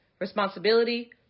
responsibility